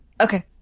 Okay